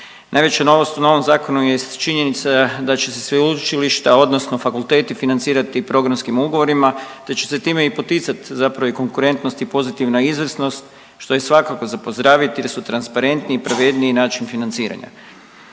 Najveća novost u novom zakonu jest činjenica da će se sveučilišta, odnosno fakulteti financirati i programskim ugovorima te će se time i poticati zapravo i konkurentnost i pozitivna izvrsnost, što je svakako za pozdraviti jer su transparentniji i pravedniji način financiranja.